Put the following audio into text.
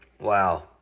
Wow